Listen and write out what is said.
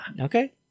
Okay